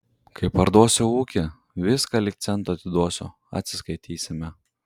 kai parduosiu ūkį viską lyg cento atiduosiu atsiskaitysime